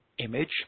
image